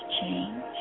change